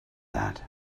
that